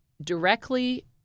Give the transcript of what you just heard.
directly